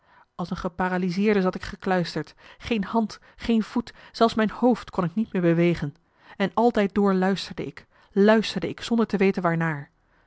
als een geparalyseerde zat ik gekluisterd geen hand geen voet zelfs mijn hoofd kon ik niet meer bewegen en altijd door luisterde ik luisterde ik zonder te weten